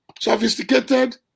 sophisticated